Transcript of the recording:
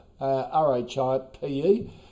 R-H-I-P-E